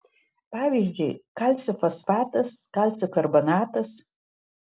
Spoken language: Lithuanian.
pavyzdžiui kalcio fosfatas kalcio karbonatas